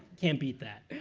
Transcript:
can't beat that.